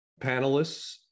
panelists